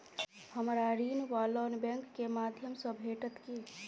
हमरा ऋण वा लोन बैंक केँ माध्यम सँ भेटत की?